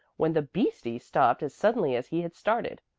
when the beastie stopped as suddenly as he had started.